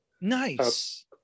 nice